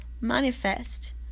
manifest